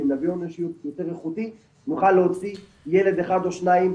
ואם נביא הון אנושי יותר איכותי נוכל להוציא ילד אחד או שניים,